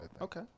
Okay